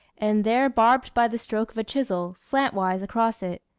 and there barbed by the stroke of a chisel, slantwise across it.